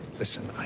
listen,